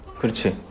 kimchi